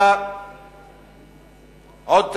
אתה עוד תירשם,